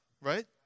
right